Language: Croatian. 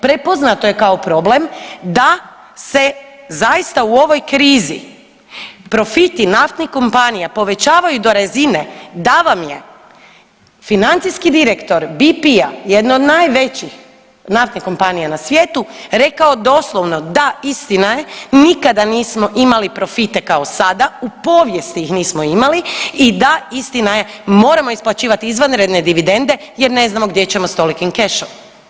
Prepoznato je kao problem da se zaista u ovoj krizi profiti naftnih kompanija povećavaju do razine da vam je financijski direktor BP-a jedne od najvećih naftnih kompanija na svijetu rekao doslovno, da istina je nikada nismo imali profite kao sada, u povijesti ih nismo imali i da istina je moramo isplaćivati izvanredne dividende jer ne znamo gdje ćemo s tolikim kešom.